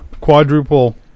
quadruple